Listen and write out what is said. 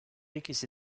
ikisi